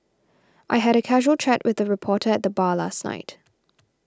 I had a casual chat with a reporter at the bar last night